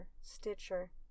Stitcher